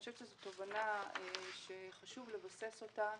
אני חושבת שזאת תובנה שחשוב לבסס אותה